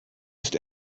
ist